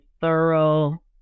thorough